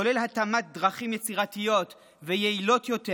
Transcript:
כולל התאמת דרכים יצירתיות ויעילות יותר